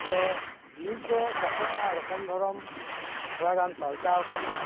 ᱟᱫᱚ ᱱᱤᱛ ᱫᱚ ᱪᱟᱥᱚᱜ ᱨᱮᱱᱟᱜ ᱨᱚᱠᱚᱢ ᱫᱷᱚᱨᱚᱱ ᱛᱷᱚᱲᱟ ᱜᱟᱱ ᱯᱟᱞᱴᱟᱣ ᱠᱟᱱᱟ